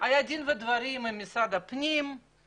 היה דין ודברים עם משרד הפנים,